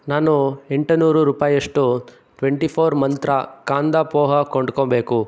ನಾನು ಎಂಟುನೂರು ರೂಪಾಯಿಯಷ್ಟು ಟ್ವೆಂಟಿ ಫೋರ್ ಮಂತ್ರ ಕಾಂದಾ ಪೋಹ ಕೊಂಡ್ಕೊಳ್ಬೇಕು